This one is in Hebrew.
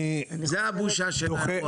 זו הבושה של האירוע הזה.